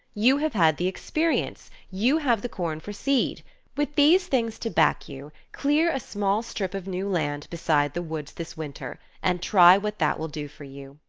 you have had the experience, you have the corn for seed with these things to back you, clear a small strip of new land beside the woods this winter, and try what that will do for you.